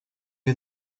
you